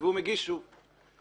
והוא מגיש שוב.